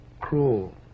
cruel